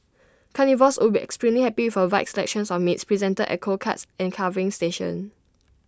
carnivores would be extremely happy for wide selection of meats presented at cold cuts and carving station